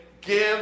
give